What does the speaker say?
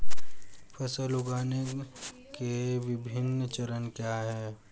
फसल उगाने के विभिन्न चरण क्या हैं?